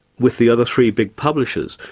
with the other three big publishers,